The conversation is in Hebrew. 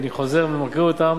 אני חוזר ומקריא אותם,